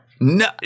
No